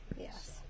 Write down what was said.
Yes